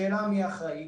השאלה מי אחראי,